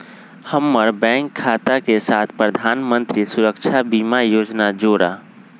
हम्मर बैंक खाता के साथ प्रधानमंत्री सुरक्षा बीमा योजना जोड़ा